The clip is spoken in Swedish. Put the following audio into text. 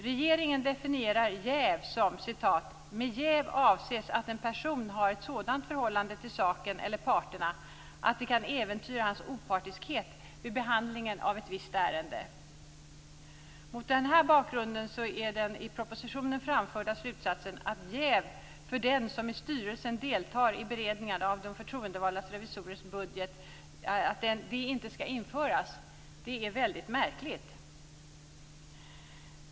Regeringen definierar jäv med följande: "Med jäv avses att en person har ett sådant förhållande till saken eller parterna att det kan äventyra hans opartiskhet vid behandlingen av ett visst ärende." Mot den bakgrunden är den i propositionen framförda slutsatsen att jäv inte skall införas för den som i styrelsen deltar i beredningen av de förtroendevalda revisorernas budget märklig.